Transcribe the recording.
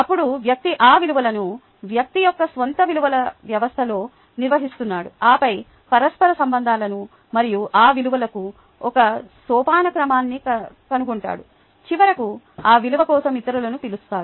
అప్పుడు వ్యక్తి ఆ విలువలను వ్యక్తి యొక్క స్వంత విలువల వ్యవస్థలో నిర్వహిస్తున్నాడు ఆపై పరస్పర సంబంధాలను మరియు ఆ విలువలకు ఒక సోపానక్రమాన్ని కనుగొంటాడు చివరికి ఆ విలువ కోసం ఇతరులు పిలుస్తారు